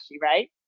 right